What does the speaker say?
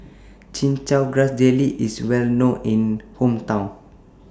Chin Chow Grass Jelly IS Well known in My Hometown